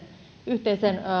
yhteisen